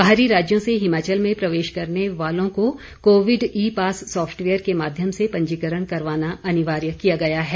बाहरी राज्यों से हिमाचल में प्रवेश करने वालों को कोविड ई पास सॉफटवेयर के माध्यम से पंजीकरण करवाना अनिवार्य किया गया है